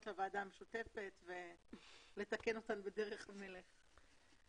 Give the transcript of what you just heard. לוועדה המשותפת ולתקן אותן בדרך המלך.